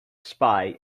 spy